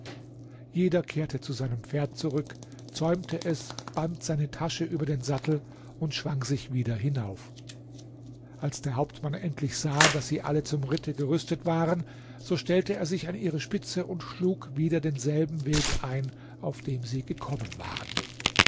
jeder kehrte zu seinem pferd zurück zäumte es band seine tasche über den sattel und schwang sich wieder hinauf als der hauptmann endlich sah daß sie alle zum ritte gerüstet waren so stellte er sich an ihre spitze und schlug wieder denselben weg ein auf dem sie gekommen waren